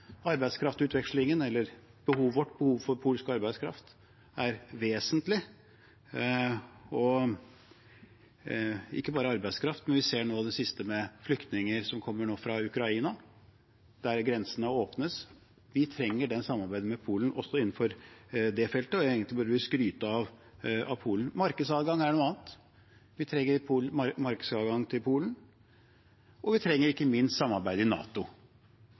Arbeidskraftutvekslingen, vårt behov for polsk arbeidskraft, er vesentlig, men ikke bare arbeidskraft, også det vi ser nå det siste, med flyktninger som kommer fra Ukraina, der grensene åpnes. Vi trenger samarbeidet med Polen også innenfor det feltet, og egentlig burde vi skryte av Polen. Markedsadgang er noe annet. Vi trenger markedsadgang til Polen, og vi trenger ikke minst samarbeid i NATO.